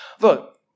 Look